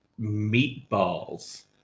meatballs